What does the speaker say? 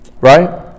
Right